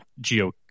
geo